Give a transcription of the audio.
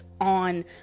on